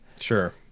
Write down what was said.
Sure